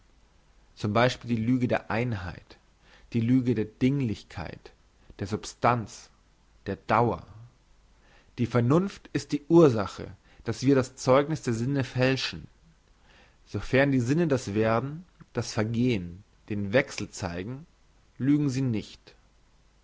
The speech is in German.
zum beispiel die lüge der einheit die lüge der dinglichkeit der substanz der dauer die vernunft ist die ursache dass wir das zeugniss der sinne fälschen sofern die sinne das werden das vergehn den wechsel zeigen lügen sie nicht